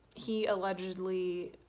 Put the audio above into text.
he allegedly